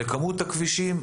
לכמות הכבישים,